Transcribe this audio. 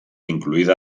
incluida